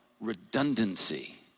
redundancy